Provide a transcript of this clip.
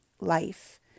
life